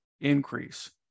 increase